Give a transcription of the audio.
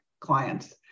clients